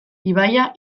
ibaia